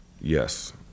Yes